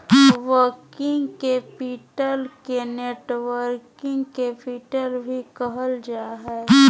working capital के networking capital भी कहल जा हय